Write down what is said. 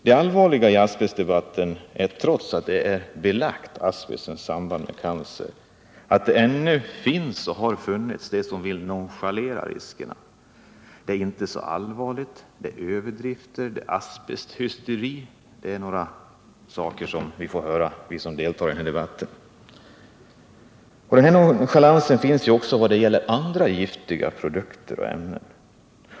Det allvarliga är att trots att asbestens samband med cancer är belagt finns det fortfarande de som nonchalerar riskerna. Det är inte så allvarligt, det är överdrifter, det är asbesthysteri — detta är något av det som vi som deltar i denna debatt får höra. Denna nonchalans finns också när det gäller andra giftiga produkter och ämnen.